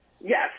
Yes